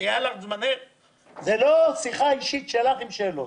זו לא שיחה אישית שלך עם שאלות.